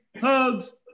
Hugs